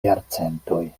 jarcentoj